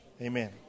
Amen